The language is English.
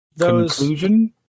Conclusion